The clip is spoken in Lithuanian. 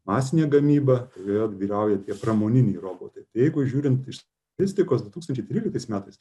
masinė gamyba joje vyrauja tie pramoniniai robotai jeigu žiūrint iš statistikos du tūkstančiai tryliktais metais